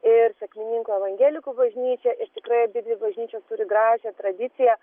ir sekmininkų evangelikų bažnyčia ir tikrai abidvi bažnyčios turi gražią tradiciją